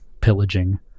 pillaging